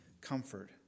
comfort